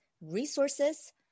resources